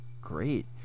great